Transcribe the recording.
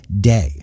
day